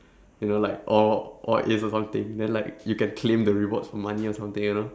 you know like all all As or something then like you can claim the rewards for money or something you know